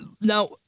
Now